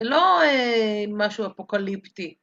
זה לא משהו אפוקליפטי.